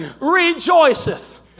rejoiceth